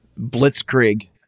blitzkrieg